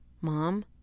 mom